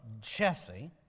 Jesse